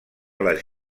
les